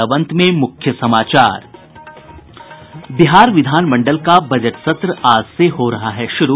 और अब अंत में मुख्य समाचार बिहार विधानमंडल का बजट सत्र आज से हो रहा है शुरू